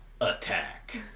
Attack